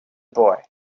boy